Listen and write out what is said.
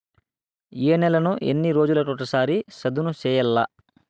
ఏ నేలను ఎన్ని రోజులకొక సారి సదును చేయల్ల?